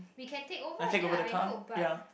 we can takeover ya I know but